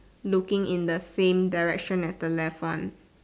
looking in the same direction as the left one